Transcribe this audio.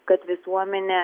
kad visuomenė